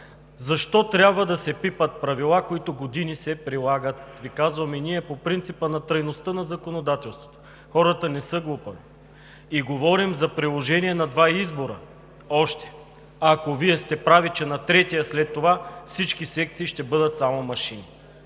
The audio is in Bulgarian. Защо трябва да се пипат правила, които години се прилагат, казваме ние по принципа на трайността на законодателството. Хората не са глупави. Говорим за приложение на още два избора, ако Вие сте прави, че на третия след това всички секции ще бъдат само с машини.